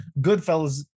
Goodfellas